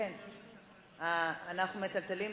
אנחנו מצלצלים.